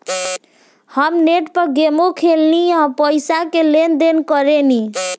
हम नेट पर गेमो खेलेनी आ पइसो के लेन देन करेनी